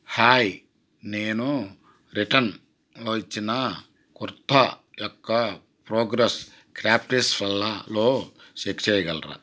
hi నేను return ఇచ్చిన కుర్తా యొక్క ప్రోగ్రెస్ క్రాఫ్ట్స్ విల్లాలో చెక్ చేయగలరా